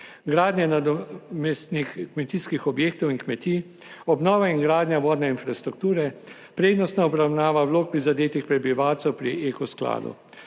gradnja nadomestnih kmetijskih objektov in kmetij, obnova in gradnja vodne infrastrukture, prednostna obravnava vlog prizadetih prebivalcev pri Eko skladu.